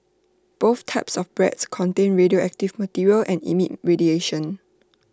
both types of breads contain radioactive material and emit radiation